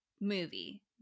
movie